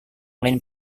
lain